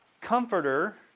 comforter